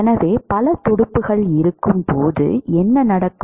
எனவே பல துடுப்புகள் இருக்கும்போது என்ன நடக்கும்